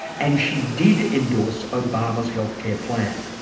and she did endorse obama's health care plan.